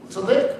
צודק.